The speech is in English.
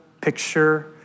picture